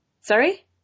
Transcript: Sorry